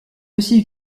aussi